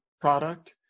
product